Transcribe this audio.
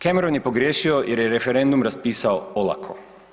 Cameron je pogriješio jer je referendum raspisao olako.